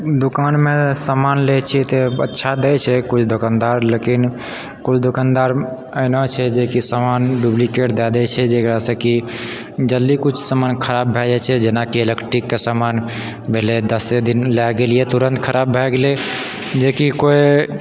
दोकानमे समान लै छियै तऽ अच्छा दै छै किछु दोकानदार लेकिन किछु दोकानदार एना छै जेकि समान डूप्लिकेट दए दै छै जकरासँ कि जल्दी किछु समान खराब भए जाइ छै जेना कि इलेक्ट्रिकके सामान भेलै दसे दिन लए गेलियै तुरत खराब भए गेलै जेकि कोइ